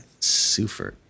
Sufert